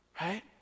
Right